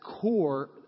core